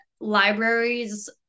libraries